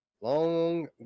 long